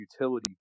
utility